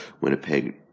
Winnipeg